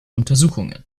untersuchungen